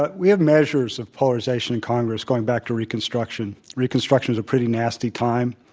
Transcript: but we have measures of polarization in congress, going back to reconstruction. reconstruction was a pretty nasty time.